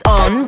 on